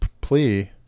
plea